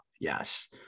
Yes